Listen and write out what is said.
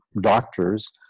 doctors